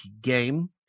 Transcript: game